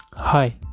hi